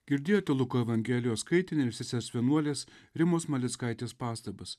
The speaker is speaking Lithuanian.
girdėjote luko evangelijos skaitinį ir sesers vienuolės rimos malickaitės pastabas